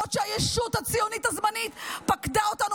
בעוד שהישות הציונית הזמנית פקדה אותנו